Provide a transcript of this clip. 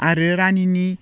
आरो रानिनि